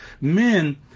men